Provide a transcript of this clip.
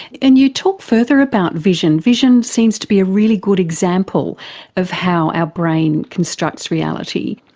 and you talk further about vision. vision seems to be a really good example of how our brain constructs reality.